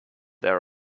there